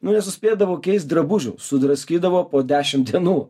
nu nesuspėdavau keist drabužių sudraskydavo po dešim dienų